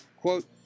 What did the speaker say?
quote